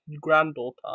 granddaughter